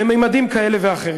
בממדים כאלה ואחרים.